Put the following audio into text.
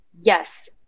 Yes